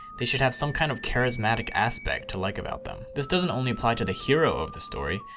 they should have some kind of charismatic aspect to like about them. this doesn't only apply to the hero of the story,